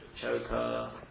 choker